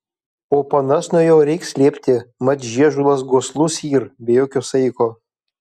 o panas nuo jo reik slėpti mat žiežulas goslus yr be jokio saiko